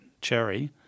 cherry